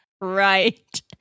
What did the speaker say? Right